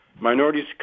minorities